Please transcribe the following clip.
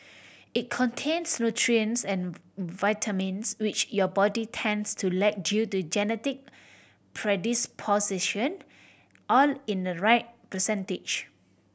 it contains nutrients and vitamins which your body tends to lack due to genetic predisposition all in the right percentage